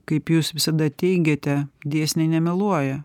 kaip jūs visada teigiate dėsniai nemeluoja